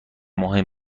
مهم